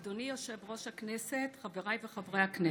אדוני יושב-ראש הכנסת, חבריי וחברי הכנסת,